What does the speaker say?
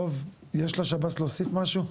טוב, יש לשב"ס להוסיף משהו?